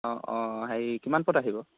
অঁ অঁ হেৰি কিমান পৰত আহিব